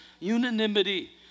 unanimity